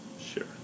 Sure